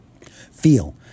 feel